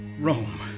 Rome